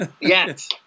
Yes